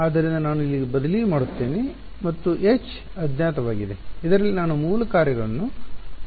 ಆದ್ದರಿಂದ ನಾನು ಅಲ್ಲಿಗೆ ಬದಲಿ ಮಾಡುತ್ತೇನೆ ಮತ್ತು H ಅಜ್ಞಾತವಾಗಿದೆ ಇದರಲ್ಲಿ ನಾನು ಮೂಲ ಕಾರ್ಯಗಳನ್ನು ಬದಲಾಯಿಸುತ್ತೇನೆ